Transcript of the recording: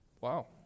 Wow